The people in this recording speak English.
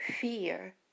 fear